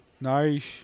Nice